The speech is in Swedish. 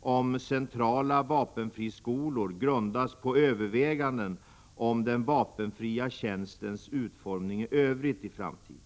om centrala vapenfriskolor grundas på överväganden om den vapenfria tjänstens utformning i Övrigt i framtiden.